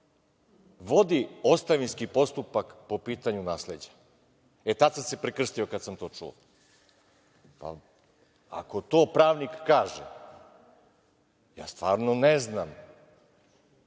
vodi ostavinski postupak po pitanju nasleđa. Tada sam se prekrstio kada sam to čuo. Ako to pravnik kaže, ja stvarno ne znam